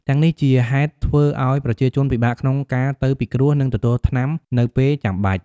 ទាំងនេះជាហេតុធ្វើឱ្យប្រជាជនពិបាកក្នុងការទៅពិគ្រោះ និងទទួលថ្នាំនៅពេលចាំបាច់។